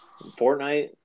Fortnite